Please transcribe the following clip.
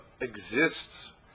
exists